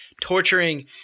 torturing